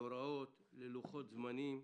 להוראות, ללוחות זמנים.